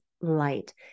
light